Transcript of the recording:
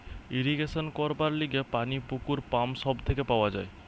irrigation করবার লিগে পানি পুকুর, পাম্প সব থেকে পাওয়া যায়